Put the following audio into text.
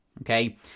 Okay